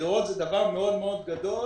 בחירות זה דבר מאוד מאוד גדול